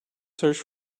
search